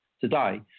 today